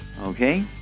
Okay